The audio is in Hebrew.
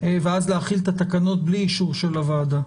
ואז להחיל את התקנות בלי אישור של הוועדה?